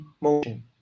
motion